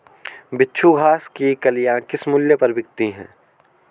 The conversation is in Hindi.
बिच्छू घास की कलियां किस मूल्य पर बिकती हैं?